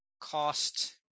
cost